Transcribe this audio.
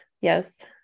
yes